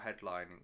headlining